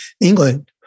England